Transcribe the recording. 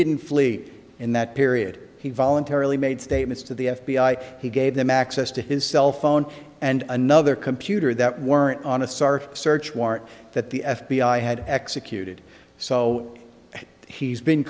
didn't flee in that period he voluntarily made statements to the f b i he gave them access to his cell phone and another computer that weren't on a star search warrant that the f b i had executed so he's been